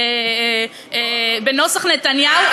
בנוסח נתניהו,